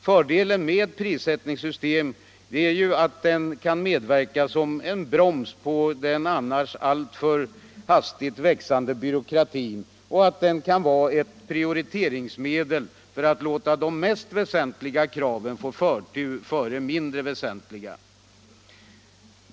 Fördelen med ett prissättningssystem är att det kan utgöra en broms för den annars alltför hastigt växande byråkratin och även innebära ett prioriteringsmedel — för att låta de mest väsentliga kraven få förtur framför de mindre väsentliga.